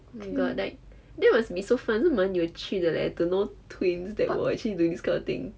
oh my god like that must be so fun 是蛮有趣的 leh to know twins that who are actually doing this kind of thing